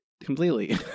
completely